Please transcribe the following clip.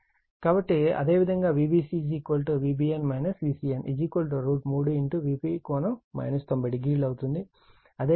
కాబట్టి అదేవిధంగా Vbc Vbn Vcn 3 Vp ∠ 900అవుతుంది